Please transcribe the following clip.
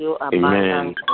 Amen